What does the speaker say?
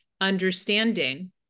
understanding